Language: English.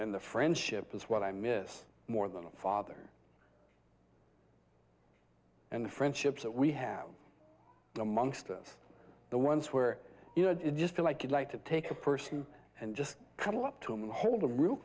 and the friendship is what i miss more than a father and the friendships that we have amongst us the ones where you had to just feel like you'd like to take a person and just cuddle up to him and hold a real